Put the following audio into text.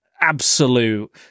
absolute